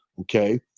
Okay